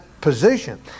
position